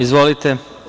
Izvolite.